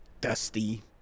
dusty